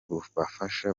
bubafasha